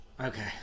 Okay